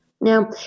now